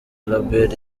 label